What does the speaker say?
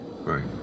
Right